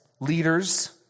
leaders